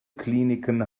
kliniken